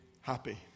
happy